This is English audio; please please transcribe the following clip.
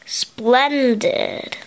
splendid